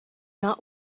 not